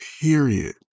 period